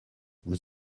vous